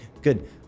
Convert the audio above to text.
good